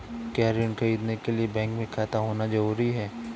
क्या ऋण ख़रीदने के लिए बैंक में खाता होना जरूरी है?